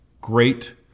great